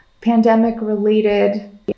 pandemic-related